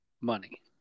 money